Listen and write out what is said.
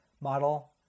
model